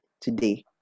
today